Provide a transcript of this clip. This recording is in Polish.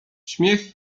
śmiech